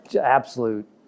absolute